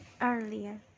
earlier